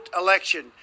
election